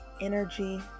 energy